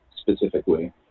specifically